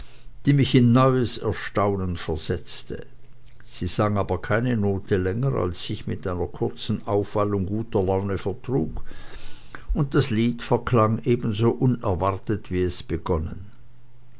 die mich in neues erstaunen versetzte sie sang aber keine note länger als sich mit einer kurzen aufwallung guter laune vertrug und das lied verklang ebenso unerwartet wie es begonnen